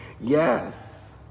Yes